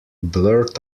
blurt